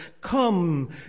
Come